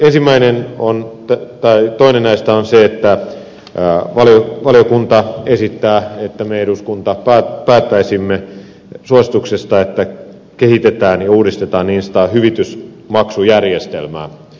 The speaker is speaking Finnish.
ensimmäinen näistä on se että valiokunta esittää että me eduskunta päättäisimme suosituksesta kehittää ja uudistaa niin sanottua hyvitysmaksujärjestelmää